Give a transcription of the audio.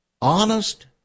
honest